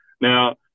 Now